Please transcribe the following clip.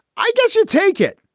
i guess you take it.